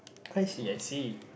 I see I see